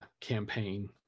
Campaign